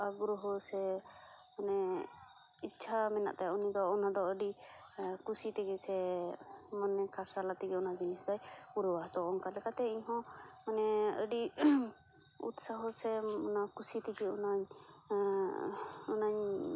ᱟᱜᱽᱨᱚᱦᱚ ᱥᱮ ᱢᱟᱱᱮ ᱤᱪᱪᱷᱟ ᱢᱮᱱᱟᱜ ᱛᱟᱭᱟ ᱩᱱᱤ ᱫᱚ ᱚᱱᱟ ᱫᱚ ᱟᱹᱰᱤ ᱠᱩᱥᱤ ᱛᱮᱜᱮ ᱥᱮ ᱢᱚᱱᱮ ᱠᱷᱟᱨᱥᱟᱞᱟᱜ ᱛᱮᱜᱮ ᱚᱱᱟ ᱡᱤᱱᱤᱥ ᱫᱚᱭ ᱯᱩᱨᱟᱹᱣᱟ ᱛᱚ ᱚᱱᱠᱟ ᱞᱮᱠᱟᱛᱮ ᱤᱧᱦᱚᱸ ᱢᱟᱱᱮ ᱟᱹᱰᱤ ᱩᱛᱥᱟᱦᱚ ᱥᱮ ᱚᱱᱟ ᱠᱩᱥᱤ ᱛᱮᱜᱮ ᱚᱱᱟ ᱚᱱᱟᱧ